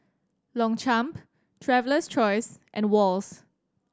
Longchamp Traveler's Choice and Wall's